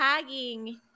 tagging